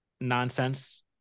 nonsense